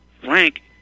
frank